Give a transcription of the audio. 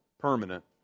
permanent